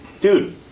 dude